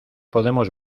podemos